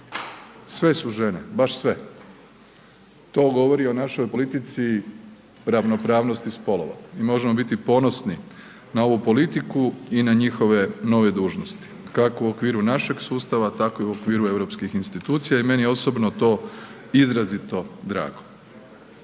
Sve su žene, baš sve. To govori i o našoj politici ravnopravnosti spolova i možemo biti ponosni na ovu politiku i na njihove nove dužnosti kako u okviru našeg sustava tako i u okviru europskih institucija i meni je osobito to izrazito drago.